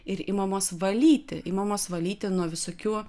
ir imamos valyti imamos valyti nuo visokių